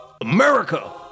America